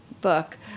book